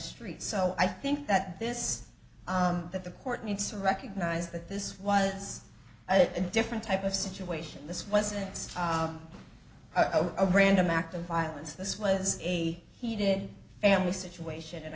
street so i think that this that the court needs to recognize that this was a different type of situation this wasn't a random act of violence this was a heated family situation and